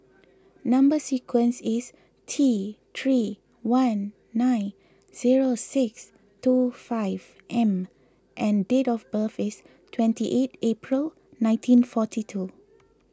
Number Sequence is T three one nine zero six two five M and date of birth is twenty eight April nineteen forty two